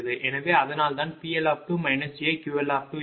எனவே அதனால்தான் PL2 jQL20